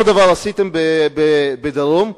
אותו דבר עשיתם עכשיו בדרום.